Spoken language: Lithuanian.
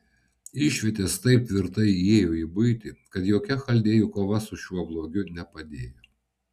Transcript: išvietės taip tvirtai įėjo į buitį kad jokia chaldėjų kova su šiuo blogiu nepadėjo